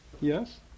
Yes